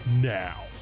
Now